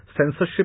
censorship